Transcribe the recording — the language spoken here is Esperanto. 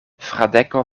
fradeko